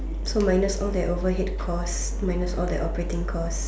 so minus all that overhead cost minus all their operating costs